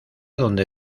donde